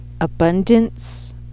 abundance